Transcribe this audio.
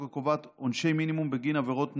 הקובעת עונשי מינימום בגין עבירות נשק,